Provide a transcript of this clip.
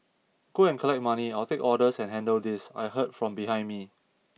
go and collect money I'll take orders and handle this I heard from behind me